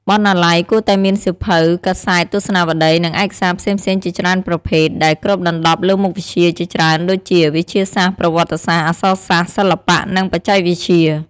បណ្ណាល័យគួរតែមានសៀវភៅ កាសែត ទស្សនាវដ្តី និងឯកសារផ្សេងៗជាច្រើនប្រភេទ ដែលគ្របដណ្តប់លើមុខវិជ្ជាជាច្រើនដូចជា វិទ្យាសាស្ត្រ ប្រវត្តិសាស្ត្រ អក្សរសាស្ត្រ សិល្បៈ និងបច្ចេកវិទ្យា។